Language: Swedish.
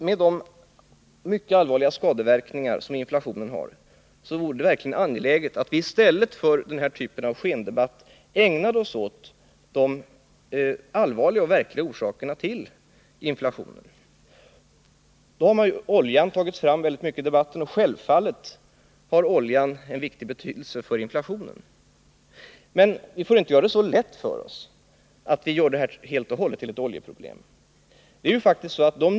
Med de mycket allvarliga skadeverkningar som inflationen medför vore det verkligen angeläget att vi i stället för den här typen av skendebatt ägnade oss åt de allvarliga och reella orsakerna till inflationen. Oljepriserna har tagits upp mycket i debatten, och självfallet har de stor betydelse för inflationen. Men vi får inte göra det så lätt för oss som att helt och hållet göra inflationen till ett oljeproblem.